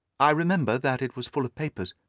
i remember that it was full of papers.